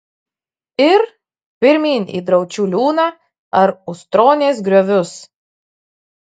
ir pirmyn į draučių liūną ar ustronės griovius